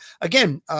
Again